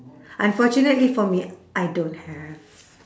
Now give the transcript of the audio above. unfortunately for me I don't have